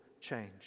change